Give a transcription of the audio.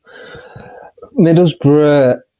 Middlesbrough